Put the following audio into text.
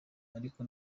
ariko